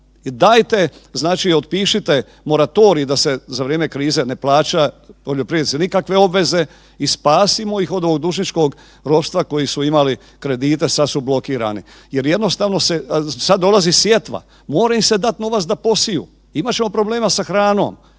dajte otpišite moratorij da se za vrijeme krize ne plaća poljoprivrednici nikakve obveze i spasimo ih od dužničkog ropstva koji su imali kredite, sada su blokirani jer jednostavno sada dolazi sjetva mora im se dati novac da posiju. Imat ćemo problema sa hranom,